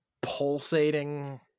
pulsating